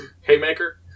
Haymaker